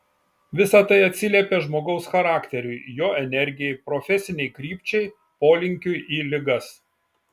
visa tai atsiliepia žmogaus charakteriui jo energijai profesinei krypčiai polinkiui į ligas